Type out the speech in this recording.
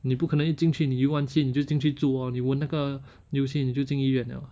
你不可能一进去你又忘记你就进去住 orh 你闻那个油漆你就进医院 liao